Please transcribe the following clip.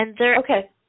okay